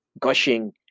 gushing